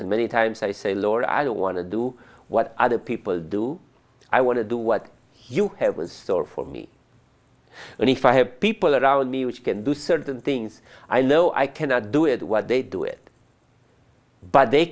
and many times i say lord i want to do what other people do i want to do what you have in store for me and if i have people around me which can do certain things i know i cannot do it what they do it but they